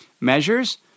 measures